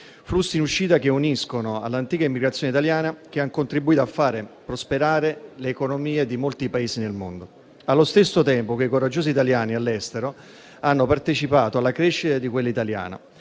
flussi in uscita che si uniscono all'antica immigrazione italiana che ha contribuito a fare prosperare le economie di molti Paesi nel mondo. Allo stesso tempo quei coraggiosi italiani all'estero hanno partecipato alla crescita di quella italiana,